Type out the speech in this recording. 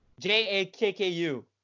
J-A-K-K-U